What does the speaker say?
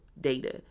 data